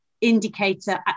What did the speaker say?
indicator